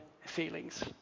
feelings